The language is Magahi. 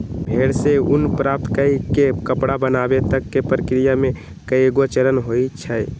भेड़ से ऊन प्राप्त कऽ के कपड़ा बनाबे तक के प्रक्रिया में कएगो चरण होइ छइ